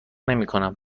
نمیکنم